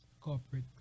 corporate